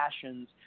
passions